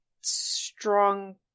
strong